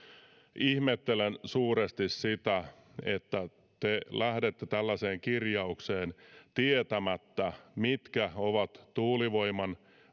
ihmettelen suuresti sitä että te lähdette tällaiseen kirjaukseen tietämättä mitkä ovat tuulivoiman